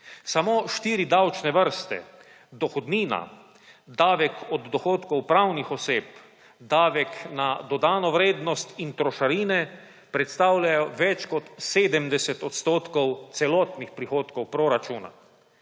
Samo štiri davčne vrste: dohodnina, davek od dohodkov pravnih oseb, davek na dodano vrednost in trošarine predstavljajo več kot 70 odstotkov celotnih prihodkov proračuna.